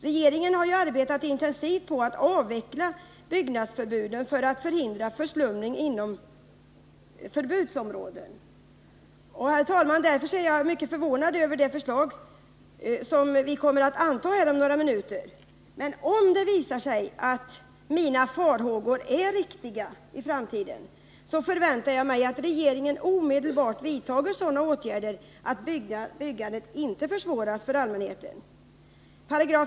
Regeringen har ju arbetat intensivt på att avveckla byggnadsförbuden för att hindra förslumning inom förbudsområden. Därför är jag, herr talman, mycket förvånad över det förslag som vi snart kommer att anta. Men om det i framtiden visar sig att mina farhågor är väl grundade, förväntar jag mig att regeringen omedelbart vidtar sådana åtgärder att byggandet inte försvåras för allmänheten.